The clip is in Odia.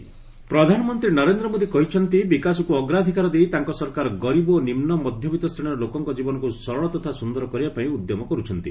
ପିଏମ୍ ଉଗାଦି ପ୍ରଧାନମନ୍ତ୍ରୀ ନରେନ୍ଦ୍ର ମୋଦି କହିଛନ୍ତି ବିକାଶକୁ ଅଗ୍ରାଧିକାର ଦେଇ ତାଙ୍କ ସରକାର ଗରିବ ଓ ନିମ୍ନ ମଧ୍ୟବତ୍ତି ଶ୍ରେଣୀର ଲୋକଙ୍କ ଜୀବନକୁ ସରଳ ତଥା ସୁନ୍ଦର କରିବାପାଇଁ ଉଦ୍ୟମ କରୁଛନ୍ତି